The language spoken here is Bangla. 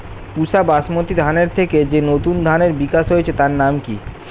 পুসা বাসমতি ধানের থেকে যে নতুন ধানের বিকাশ হয়েছে তার নাম কি?